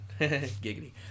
Giggity